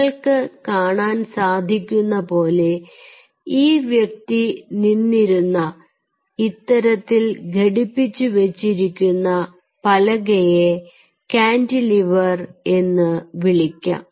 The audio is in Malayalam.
നിങ്ങൾക്ക് കാണാൻ സാധിക്കുന്ന പോലെ ഈ വ്യക്തി നിന്നിരുന്ന ഇത്തരത്തിൽ ഘടിപ്പിച്ചുവെച്ചിരിക്കുന്ന പലകയെ കാന്റിലിവർ എന്നുവിളിക്കാം